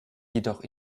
jedoch